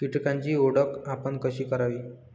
कीटकांची ओळख आपण कशी करावी?